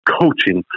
coaching